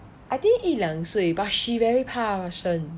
I think 一两岁 but she very 怕生